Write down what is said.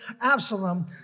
Absalom